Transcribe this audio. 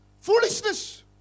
Foolishness